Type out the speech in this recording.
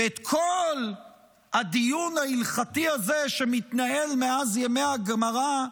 ואת כל הדיון ההלכתי הזה, שמתנהל מאז ימי הגמרא,